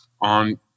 on